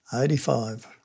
Eighty-five